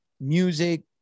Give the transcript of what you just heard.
music